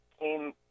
came